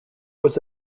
was